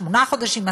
שמונה חודשים,